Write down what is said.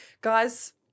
guys